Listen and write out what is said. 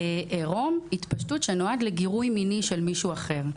עירום, התפשטות שנועד לגירוי מיני של מישהו אחר.